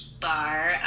bar